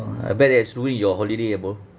orh I bet that has ruined your holiday ah bro